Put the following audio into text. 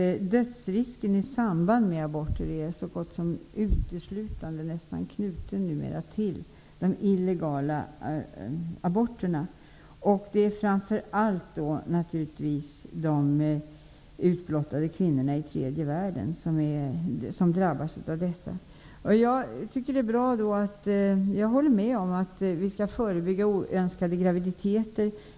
Dödsrisken i samband med aborter är numera så gott som uteslutande knuten till de illegala aborterna. Det är naturligtvis framför allt de utblottade kvinnorna i tredje världen som drabbas av detta. Jag tycker att det är bra och jag håller med om att vi skall förebygga oönskade graviditeter.